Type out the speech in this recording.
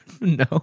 No